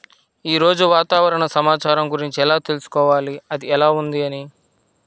ఈరోజు వాతావరణ సమాచారం గురించి ఎలా తెలుసుకోవాలి అది ఎలా ఉంది అని?